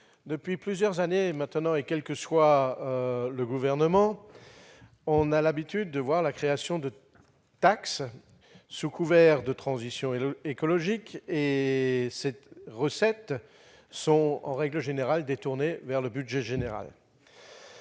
depuis plusieurs années maintenant, et quel que soit le gouvernement, on a l'habitude de voir des taxes créées sous couvert de transition écologique, dont les recettes sont le plus souvent détournées vers le budget général.